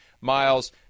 Miles